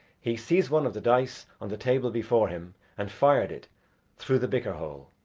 he seized one of the dice on the table before him and fired it through the bicker-hole,